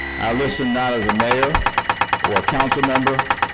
i listen not as a mayor or a councilmember,